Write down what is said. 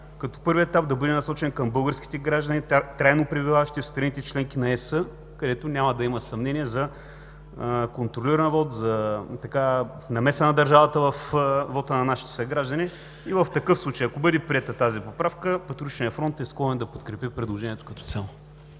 като първият етап да бъде насочен към българските граждани, трайно пребиваващи в страните – членки на Европейския съюз”, където няма да има съмнение за контролиран вот, за намеса на държавата във вота на нашите съграждани и в такъв случай, ако бъде приета тази поправка, Патриотичният фронт е склонен да подкрепи предложението като цяло.